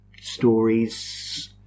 stories